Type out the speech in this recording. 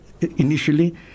initially